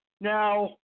Now